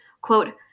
Quote